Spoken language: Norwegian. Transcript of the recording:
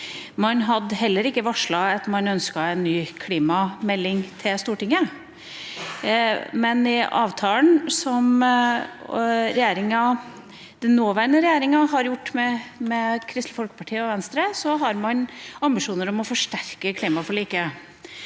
Man varslet heller ikke at man ønsket en ny klimamelding til Stortinget. Men i avtalen som den nåværende regjeringa har gjort med Kristelig Folkeparti og Venstre, har man ambisjoner om å forsterke klimaforliket.